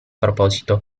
proposito